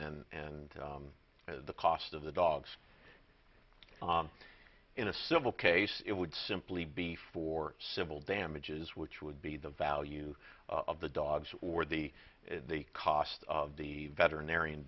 and the cost of the dogs in a civil case it would simply be for civil damages which would be the value of the dogs or the cost of the veterinarian